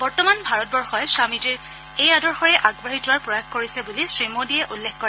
বৰ্তমান ভাৰতবৰ্ষই স্বামীজীৰ এই আদৰ্শৰেই আগবাঢ়ি যোৱাৰ প্ৰয়াস কৰিছে বুলি শ্ৰী মোডীয়ে উল্লেখ কৰে